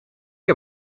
heb